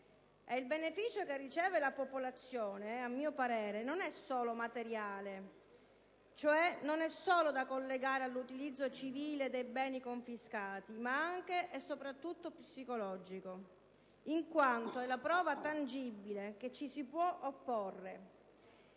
il beneficio che riceve la popolazione a mio parere non è solo materiale, cioè non è solo da collegare all'utilizzo civile dei beni confiscati, ma anche e soprattutto psicologico, in quanto è la prova tangibile che ci si può opporre,